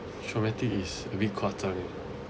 traumatic is a bit 夸张 lah